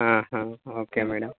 okay madam